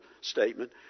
statement